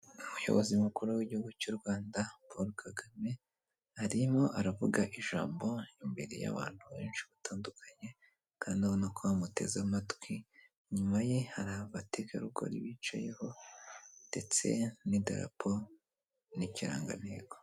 Umuyobozi mukuru w'igihugu cy'u Rwanda Paul Kagame, arimo aravuga ijambo imbere y'abantu benshi batandukanye kandi ubona ko bamuteze amatwi. Inyuma ye hari abategarugori bicayeho ndetse n'idarapo n'ikirangantego.